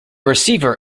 receiver